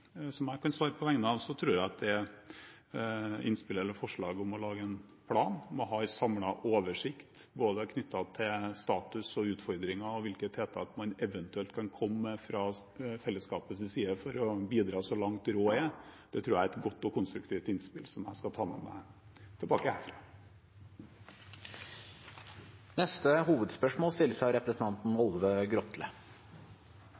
lage en plan om å ha en samlet oversikt, både knyttet til status og utfordringer og til hvilke tiltak man eventuelt kan komme med fra fellesskapets side for å bidra så langt råd er, det tror jeg er et godt og konstruktivt innspill, som jeg skal ta med meg tilbake herfra. Vi går da til neste hovedspørsmål. Tidlegare denne månaden kom det nye eksporttal som viser eventyrlege tal for norsk eksport av